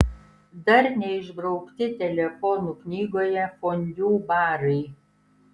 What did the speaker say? dar neišbraukti telefonų knygoje fondiu barai